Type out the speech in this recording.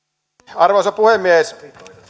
arvoisa puhemies